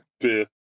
Fifth